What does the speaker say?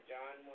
John